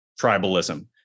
tribalism